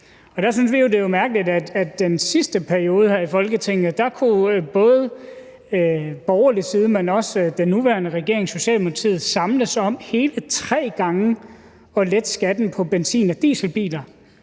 det er mærkeligt, at i den sidste periode her i Folketinget kunne både den borgerlige side, men også med den nuværende regering, altså Socialdemokratiet, samles om hele tre gange at lette skatten på benzin- og dieselbiler,